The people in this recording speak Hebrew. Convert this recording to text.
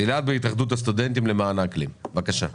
מהתאחדות הסטודנטים למען האקלים, בבקשה.